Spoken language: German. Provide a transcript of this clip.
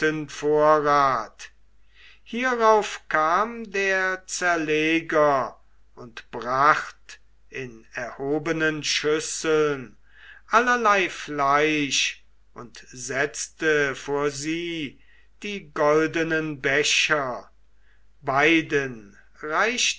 vorrat hierauf kam der zerleger und bracht in erhobenen schüsseln allerlei fleisch und setzte vor sie die goldenen becher beiden